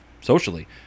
socially